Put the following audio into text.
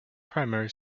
primary